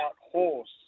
horse